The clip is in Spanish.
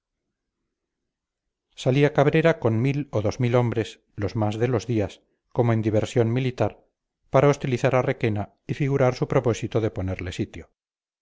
remediarlo salía cabrera con mil o dos mil hombres los más de los días como en diversión militar para hostilizar a requena y figurar su propósito de ponerle sitio